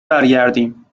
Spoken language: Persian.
برگردیم